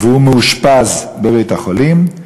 והוא מאושפז בבית-החולים,